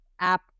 app